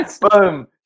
boom